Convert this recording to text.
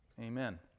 Amen